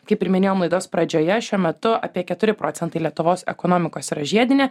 kaip ir minėjom laidos pradžioje šiuo metu apie keturi procentai lietuvos ekonomikos yra žiedinė